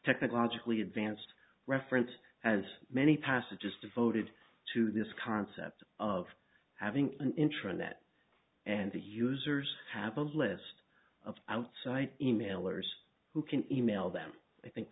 technologically advanced reference has many passages devoted to this concept of having an internet and the users have a list of outside in mailers who can email them i think